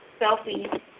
selfie